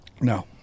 No